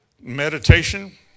meditation